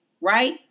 right